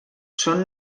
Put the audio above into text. són